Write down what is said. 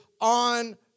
on